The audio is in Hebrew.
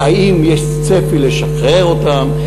האם יש צפי לשחרר אותם,